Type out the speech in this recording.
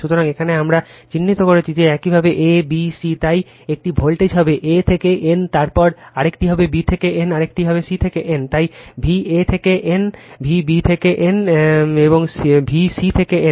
সুতরাং এখানে আমরা চিহ্নিত করেছি যে একইভাবে a b c তাই একটি ভোল্টেজ হবে a থেকে n তারপর আরেকটি হবে b থেকে n আরেকটি হবে একইভাবে c থেকে n তাই V a থেকে n V b থেকে n এবং V গ থেকে n